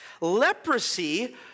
leprosy